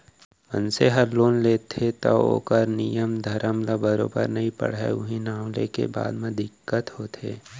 मनसे हर लोन लेथे तौ ओकर नियम धरम ल बरोबर नइ पढ़य उहीं नांव लेके बाद म दिक्कत होथे